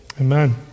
Amen